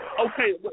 okay